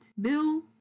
Bill